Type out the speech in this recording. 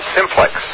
Simplex